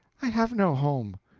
i have no home.